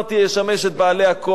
ישמש את בעלי הכוח,